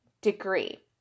degree